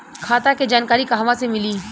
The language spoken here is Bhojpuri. खाता के जानकारी कहवा से मिली?